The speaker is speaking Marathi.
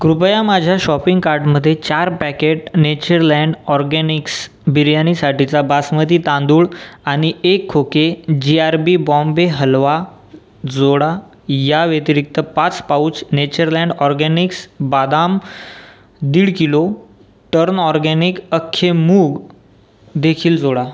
कृपया माझ्या शॉपिंग कार्टमधे चार पॅकेट नेचरलँड ऑरगॅनिक्स बिर्याणीसाठीचा बासमती तांदूळ आनि एक खोके G R B Bombay halwa जोडा या व्यतिरिक्त पाच पाउच नेचरलँड ऑरगॅनिक्स बदाम दीड किलो टर्न ऑर्गेनिक अख्खे मूगदेखील जोडा